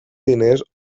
diners